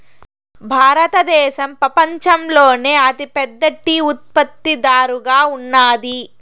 భారతదేశం పపంచంలోనే అతి పెద్ద టీ ఉత్పత్తి దారుగా ఉన్నాది